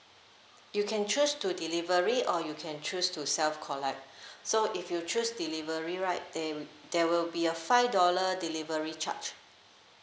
you can choose to delivery or you can choose to self collect so if you choose delivery right they there will be a five dollar delivery charge